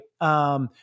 right